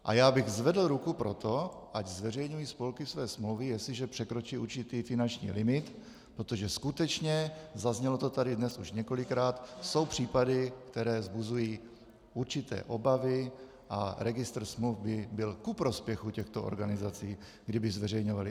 A já bych zvedl ruku pro to, ať zveřejňují spolky své smlouvy, jestliže překročí určitý finanční limit, protože skutečně, zaznělo to tady dnes už několikrát, jsou případy, které vzbuzují určité obavy, a registr smluv by byl ku prospěchu těchto organizací, kdyby zveřejňovaly.